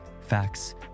Facts